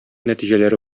нәтиҗәләре